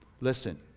Listen